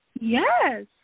yes